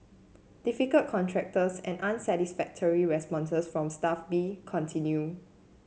difficult contractors and unsatisfactory responses from Staff B continued